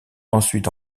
ensuite